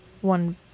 one